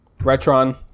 Retron